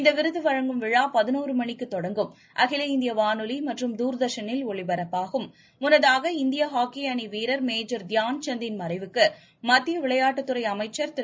இந்த விருது வழங்கும் விழா பதினொரு மணிக்கு தொடங்கும் அகில இந்திய வானொலி மற்றும் தூர்தர்ஷனில் ஒளிபரப்பாகும் முன்னதாக இந்திய ஹாக்கி அணி வீரர் மேஜர் தியான் சந்தின் மறைவுக்கு மத்திய விளையாட்டுத் துறை அமைச்சர் திரு